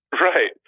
Right